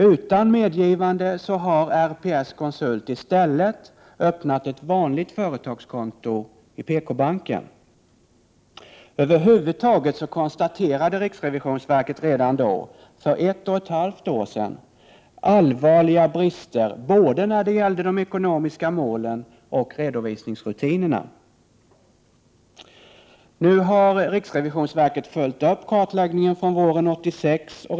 Utan medgivande har RPS-konsult i stället öppnat ett vanligt företagskonto i PK-banken. Över huvud taget konstaterade riksrevisionsverket redan då, för ett och ett halvt år sedan, allvarliga brister när det gällde både de ekonomiska målen och redovisningsrutinerna. Nu har riksrevisionsverket följt upp kartläggningen från våren 1986.